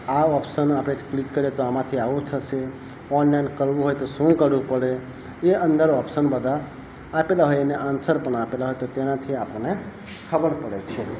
આ ઓપ્શન આપણે ક્લિક કરીએ તો આમાંથી આવું થશે ઓનલાઈન કરવું હોય તો શું કરવું પડે એ અંદર ઓપ્શન બધાં આપેલાં હોય અને આન્સર પણ આપેલાં હોય તો તેનાથી આપણને ખબર પડે છે